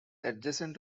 adjacent